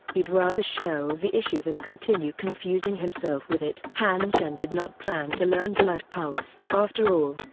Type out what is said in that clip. he'd rather shelve the issue than continue confusing himself with it. han sen did not plan to learn blood-pulse. after all,